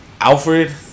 Alfred